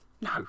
No